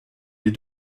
les